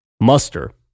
muster